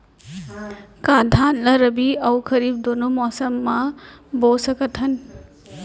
का धान ला रबि अऊ खरीफ दूनो मौसम मा बो सकत हन?